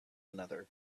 another